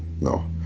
no